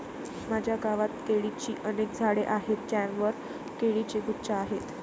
माझ्या गावात केळीची अनेक झाडे आहेत ज्यांवर केळीचे गुच्छ आहेत